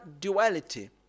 duality